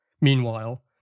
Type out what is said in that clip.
meanwhile